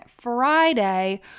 Friday